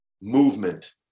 movement